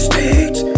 States